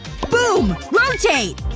boom! rotate!